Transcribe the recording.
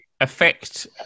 affect